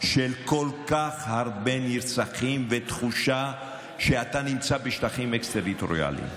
של כל כך הרבה נרצחים ותחושה שאתה נמצא בשטחים אקסטריטוריאליים.